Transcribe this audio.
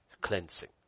Cleansing